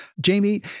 Jamie